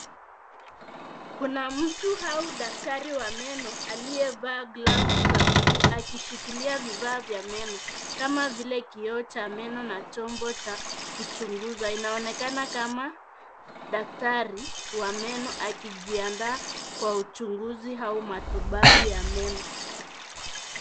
Kuna mtu au daktari wa meno, aliyevaa glovu za buluu akishikilia vifaa vya meno kama vile kioo cha meno na chombo cha kuchunguza, inaonekana kama daktari wa meno akijiandaa kwa uchunguzi au matibabu ya meno.